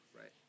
Right